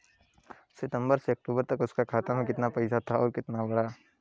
सितंबर से अक्टूबर तक उसका खाता में कीतना पेसा था और कीतना बड़ा?